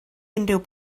unrhyw